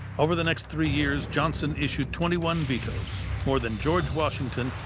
over the next three years, johnson issued twenty one vetoes more than george washington,